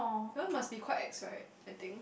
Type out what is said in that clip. that one must be quite ex right I think